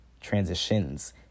transitions